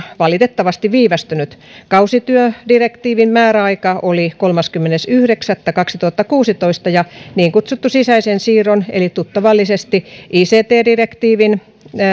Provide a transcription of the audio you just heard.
valitettavasti viivästynyt kausityödirektiivin määräaika oli kolmaskymmenes yhdeksättä kaksituhattakuusitoista ja niin kutsutun sisäisen siirron eli tuttavallisesti ict direktiivin